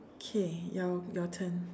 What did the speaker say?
okay your your turn